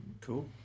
Cool